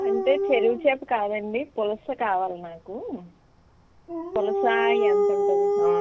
అంటే చెరువు చేప కాదండి పులస కావాలి నాకూ పులస ఎంతుంటుంది